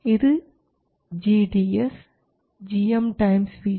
ഇത് gds gm times vGS